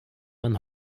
man